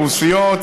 רוסיות,